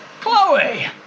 Chloe